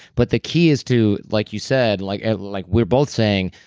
but the key is to, like you said. like like we're both saying,